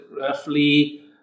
roughly